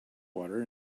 water